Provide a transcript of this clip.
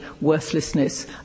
worthlessness